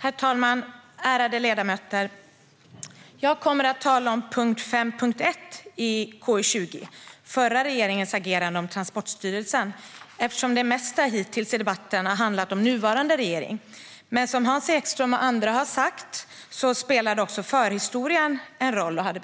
Herr talman! Ärade ledamöter! Jag kommer att tala om punkt 5.1 i KU20, om den förra regeringens agerande i fråga om Transportstyrelsen. Det mesta i debatten har ju hittills handlat om den nuvarande regeringen, men som Hans Ekström och andra har sagt spelade också förhistorien en roll här.